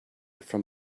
from